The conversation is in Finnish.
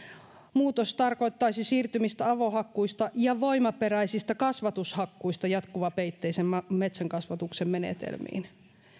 muutos tarkoittaisi siirtymistä avohakkuista ja voimaperäisistä kasvatushakkuista jatkuvapeitteisen metsänkasvatuksen menetelmiin